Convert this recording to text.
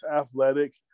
athletic